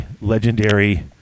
legendary